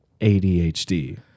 ADHD